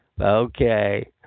Okay